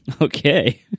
Okay